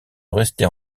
rester